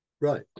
Right